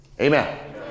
Amen